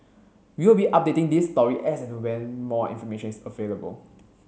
we will be updating this story as and when more information is available